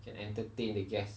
can entertain the guest